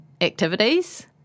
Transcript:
activities